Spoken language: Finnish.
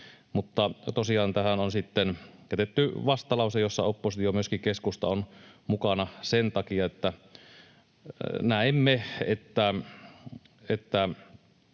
tähän on sitten jätetty vastalause, jossa oppositio, myöskin keskusta, on mukana sen takia, että näemme, että